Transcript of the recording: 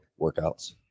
workouts